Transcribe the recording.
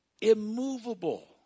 immovable